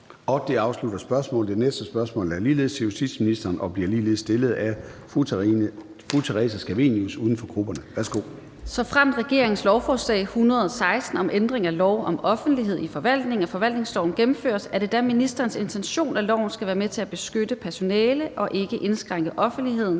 Det afslutter spørgsmålet. Det næste spørgsmål er ligeledes til justitsministeren, og det bliver ligeledes stillet af fru Theresa Scavenius, uden for grupperne. Kl. 13:08 Spm. nr. S 746 2) Til justitsministeren af: Theresa Scavenius (UFG): Såfremt regeringens lovforslag nr. L 116 om ændring af lov om offentlighed i forvaltningen og forvaltningsloven gennemføres, er det da ministerens intention, at loven skal være til for at beskytte personale og ikke indskrænke offentlighedens